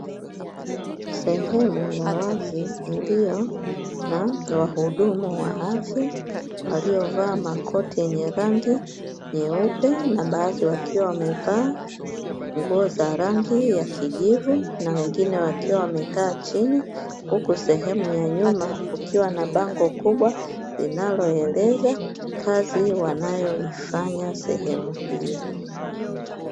Sehemu ya wazi, iliyo na wahudumu wa afya waliovaa makoti yenye rangi nyeupe na baadhi wakiwa wamevaa nguo za rangi ya kijivu na wengine wakiwa wamekaa chini huku sehemu ya nyuma kukiwa na bango kubwa linaloeleza kazi wanayoifanya sehemu hiyo.